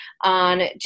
on